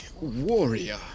warrior